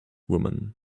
woman